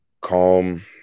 Calm